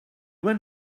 went